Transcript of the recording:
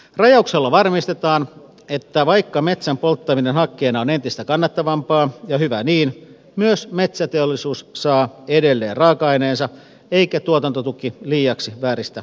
rajauksella varmistetaan että vaikka metsän polttaminen hakkeena on entistä kannattavampaa ja hyvä niin myös metsäteollisuus saa edelleen raaka aineensa eikä tuotantotuki liiaksi vääristä kilpailutilannetta